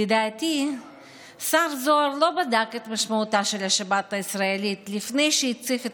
לדעתי השר זוהר לא בדק את משמעותה של השבת הישראלית לפני שהציף את